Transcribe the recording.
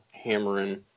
hammering